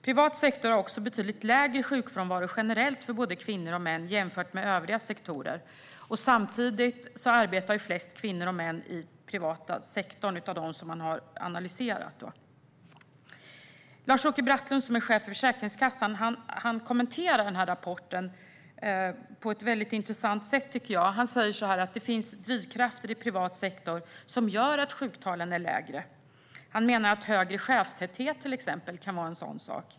Privat sektor har betydligt lägre sjukfrånvaro generellt, för både kvinnor och män, jämfört med övriga sektorer. Av dem man analyserat arbetar dock flest kvinnor och män i den privata sektorn. Lars-Åke Brattlund, som är chef för Försäkringskassan, kommenterar rapporten på ett väldigt intressant sätt. Han säger att det finns drivkrafter i privat sektor som gör att sjuktalen är lägre, och han menar att till exempel högre chefstäthet kan vara en sådan sak.